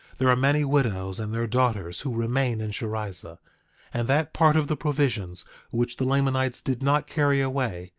there are many widows and their daughters who remain in sherrizah and that part of the provisions which the lamanites did not carry away,